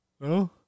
No